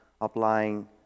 applying